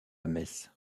messe